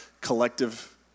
collective